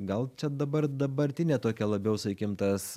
gal čia dabar dabartinė tokia labiau sakykim tas